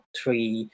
three